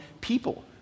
people